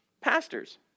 pastors